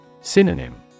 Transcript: Synonym